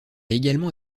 également